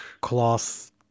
cloth